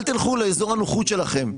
אל תלכו לאזור הנוחות שלכם.